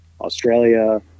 Australia